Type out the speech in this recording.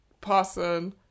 person